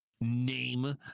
name